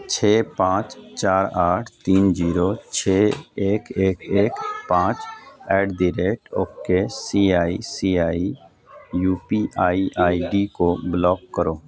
چھ پانچ چار آٹھ تین جیرو چھ ایک ایک ایک پانچ at the rate O K C I C I U P I I D کو بلاک کرو